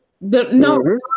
No